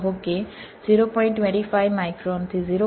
25 micron થી 0